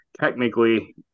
technically